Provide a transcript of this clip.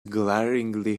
glaringly